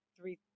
three